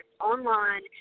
online